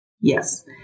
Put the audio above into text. Yes